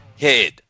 head